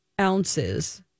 ounces